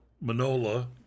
Manola